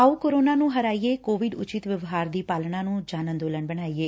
ਆਓ ਕੋਰੋਨਾ ਨੂੰ ਹਰਾਈਏ ਕੋਵਿਡ ਉਚਿਤ ਵਿਵਹਾਰ ਦੀ ਪਾਲਣਾ ਨੁੰ ਜਨ ਅੰਦੋਲਨ ਬਣਾਈਏ